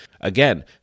Again